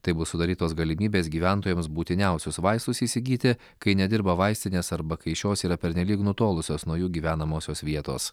taip bus sudarytos galimybės gyventojams būtiniausius vaistus įsigyti kai nedirba vaistinės arba kai šios yra pernelyg nutolusios nuo jų gyvenamosios vietos